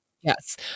Yes